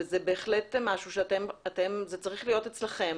וזה בהחלט משהו שצריך להיות אצלכם